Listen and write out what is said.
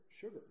sugar